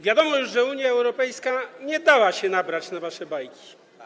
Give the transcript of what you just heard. Wiadomo już, że Unia Europejska nie dała się nabrać na wasze bajki.